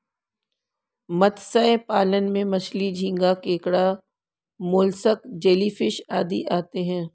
मत्स्य पालन में मछली, झींगा, केकड़ा, मोलस्क, जेलीफिश आदि आते हैं